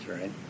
right